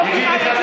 הוא לידך,